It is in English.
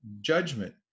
judgment